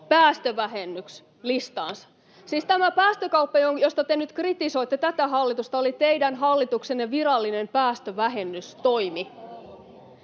päästövähennyslistaansa. Siis tämä päästökauppa, josta te nyt kritisoitte tätä hallitusta, oli teidän hallituksenne virallinen päästövähennystoimi.